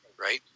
right